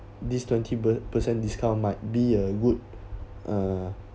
this twenty percent discount might be a good uh